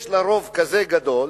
יש לה רוב כזה גדול